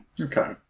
Okay